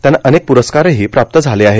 त्यांना अनेक पुरस्कारही प्राप्त झाले आहेत